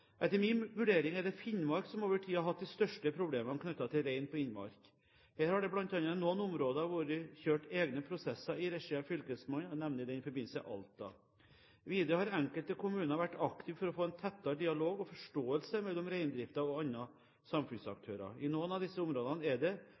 Etter min vurdering er det Finnmark som over tid har hatt de største problemene knyttet til rein på innmark. Her har det bl.a. i noen områder vært kjørt egne prosesser i regi av fylkesmannen. Jeg nevner i den forbindelse Alta. Videre har enkelte kommuner vært aktive for å få en tettere dialog og forståelse mellom reindriften og